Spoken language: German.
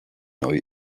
neue